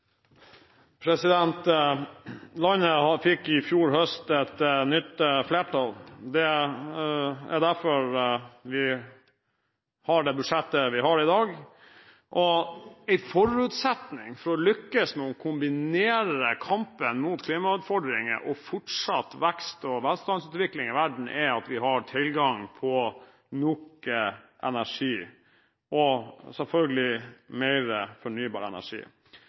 er derfor vi har det budsjettet vi har i dag. En forutsetning for å lykkes med å kombinere kampen mot klimautfordringene og fortsatt vekst og velstandsutvikling i verden er at vi har tilgang på nok energi, og selvfølgelig mer fornybar energi.